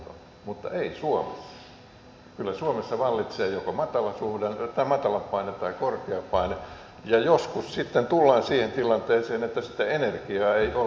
kyllä suomessa vallitsee joko matalapaine tai korkeapaine ja joskus sitten tullaan siihen tilanteeseen että sitä energiaa ei ole